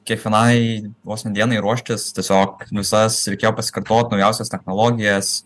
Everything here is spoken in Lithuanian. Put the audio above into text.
kiekvienai dienai ruoštis tiesiog visas reikėjo pasikartot naujausias technologijas